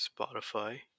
Spotify